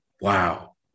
Wow